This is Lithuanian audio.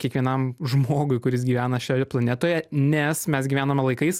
kiekvienam žmogui kuris gyvena šioje planetoje nes mes gyvename laikais